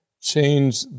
change